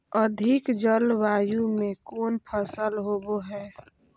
अधिक जलवायु में कौन फसल होबो है?